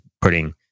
putting